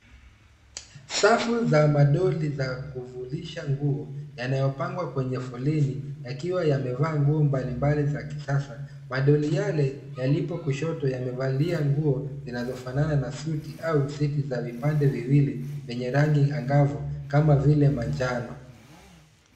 Safu za madoli za kuvalisha nguo yanayopangwa kwenye foleni yakiwa yamevaa nguo mbalimbali za kisasa. Madoli yali yalipo kushoto yamevalia nguo zinazo fanana na suti au viseti vya vipande viwili venye rangi angavu kama vile manjano.